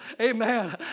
Amen